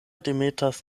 demetas